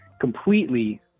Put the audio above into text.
completely